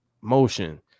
motion